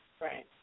Right